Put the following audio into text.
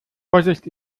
vorsicht